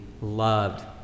loved